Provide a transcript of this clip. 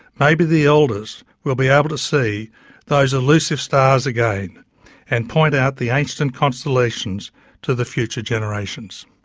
maybe the elders will be able to see those elusive stars again and point out the ancient constellations to the future generations.